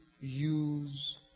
use